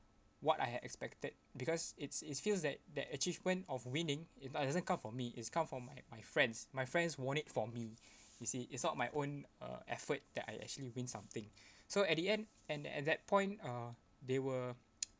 what I had expected because it's it's feels that that achievement of winning it doesn't come for me is come from my my friends my friends won it for me you see it's not my own uh effort that I actually win something so at the end and at that point uh they were